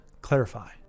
clarify